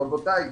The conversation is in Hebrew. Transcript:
רבותיי,